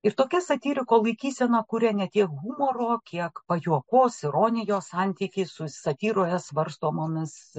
ir tokia satyriko laikysena kuria ne tiek humoro kiek pajuokos ironijos santykį su satyroje svarstomomis